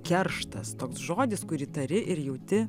kerštas toks žodis kurį tari ir jauti